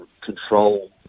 control